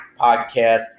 Podcast